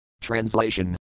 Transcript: Translation